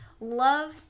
love